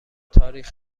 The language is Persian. تاریخ